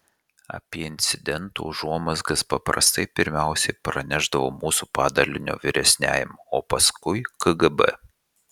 apie incidento užuomazgas paprastai pirmiausiai pranešdavo mūsų padalinio vyresniajam o paskui kgb